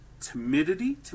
Timidity